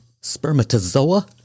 Spermatozoa